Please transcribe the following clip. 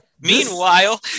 meanwhile